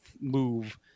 move